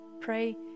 Pray